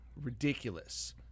ridiculous